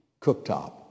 cooktop